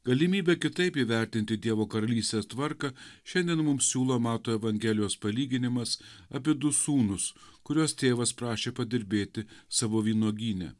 galimybę kitaip įvertinti dievo karalystės tvarką šiandien mums siūlo mato evangelijos palyginimas apie du sūnus kuriuos tėvas prašė padirbėti savo vynuogyne